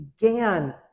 began